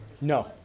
No